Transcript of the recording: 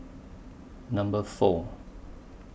Number four